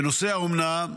בנושא האומנה,